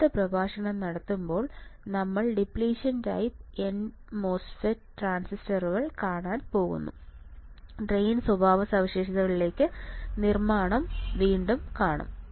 അടുത്ത പ്രഭാഷണം നടത്തുമ്പോൾ നമ്മൾ depletion type nMOS transistor കാണാൻ പോകുന്നു ഡ്രെയിൻ സ്വഭാവസവിശേഷതകളിലേക്കുള്ള നിർമ്മാണം വീണ്ടും കാണും